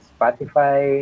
Spotify